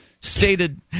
stated